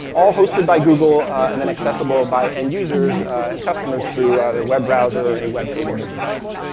all hosted by google, and then accessible by end users and customers through ah their web browser or any web-capable device.